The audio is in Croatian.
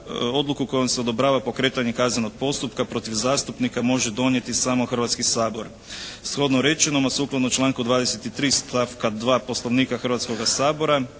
Odluku kojom se odobrava pokretanje kaznenog postupka protiv zastupnika može donijeti samo Hrvatski sabor. Shodno rečenom, a sukladno članku 23. stavka 2. Poslovnika Hrvatskoga sabora